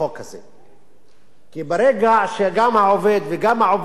כי ברגע שגם העובד וגם העובדת וגם המעסיק ידעו,